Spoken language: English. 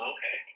Okay